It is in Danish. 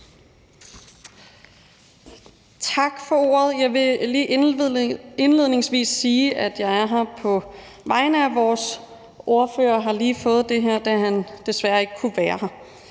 Tak for ordet. Jeg vil lige indledningsvis sige, at jeg er her på vegne af vores ordfører. Jeg har fået det her, da han desværre ikke kunne være her.